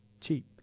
cheap